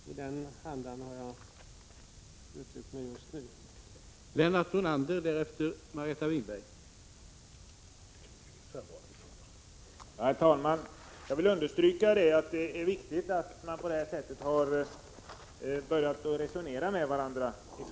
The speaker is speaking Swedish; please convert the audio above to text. I den andan har jag uttryckt mig nu.